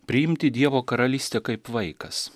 priimti dievo karalystę kaip vaikas